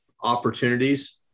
opportunities